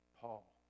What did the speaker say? Paul